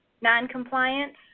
noncompliance